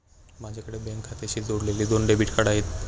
माझ्याकडे बँक खात्याशी जोडलेली दोन डेबिट कार्ड आहेत